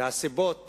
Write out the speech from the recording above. והסיבות